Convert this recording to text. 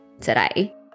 today